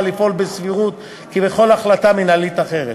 לפעול בסבירות כבכל החלטה מינהלית אחרת.